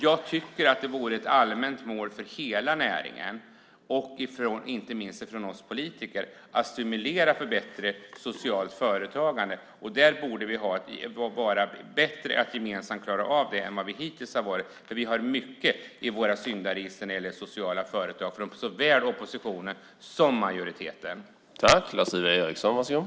Jag tycker att det borde vara ett allmänt mål för hela näringen och inte minst från oss politiker att stimulera till ett bättre socialt företagande. Där borde vi vara bättre på att gemensamt klara av det än vad vi hittills har varit. Vi har nämligen mycket i våra syndaregister, såväl från oppositionen som från majoriteten, när det gäller sociala företag.